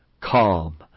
calm